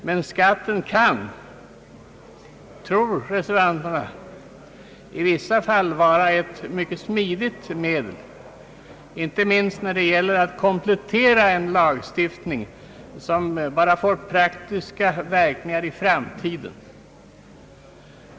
Men skatten kan — tror reservanterna — i vissa fall vara ett mycket smidigt medel, inte minst när det gäller att komplettera en lagstiftning som bara får praktiska verkningar i framtiden.